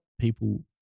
people